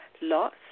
loss